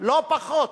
לא פחות,